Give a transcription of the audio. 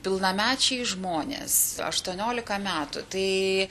pilnamečiai žmonės aštuoniolika metų tai